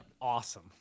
awesome